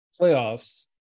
playoffs